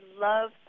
love